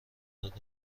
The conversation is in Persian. وجود